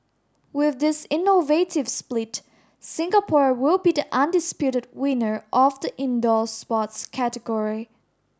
with this innovative split Singapore will be the undisputed winner of the indoor sports category